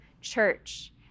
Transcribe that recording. church